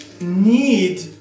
need